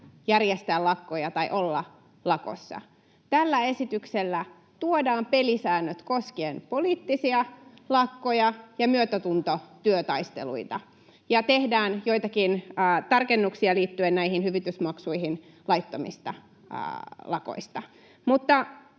järjestää lakkoja tai olla lakossa. Tällä esityksellä tuodaan pelisäännöt koskien poliittisia lakkoja ja myötätuntotyötaisteluita ja tehdään joitakin tarkennuksia liittyen näihin hyvitysmaksuihin laittomista lakoista,